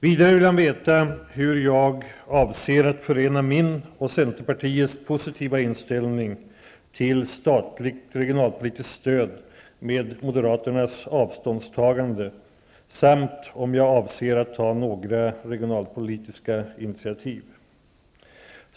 Vidare vill han veta hur jag avser att förena min och centerpartiets positiva inställning till statligt regionalpolitiskt stöd med moderaternas avståndstaganden samt om jag avser att ta några regionalpolitiska initiativ.